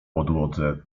podłodze